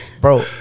Bro